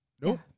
Nope